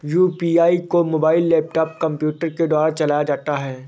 UPI को mobile laptop computer के द्वारा चलाया जाता है